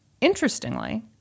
Interestingly